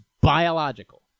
biological